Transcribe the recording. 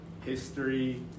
history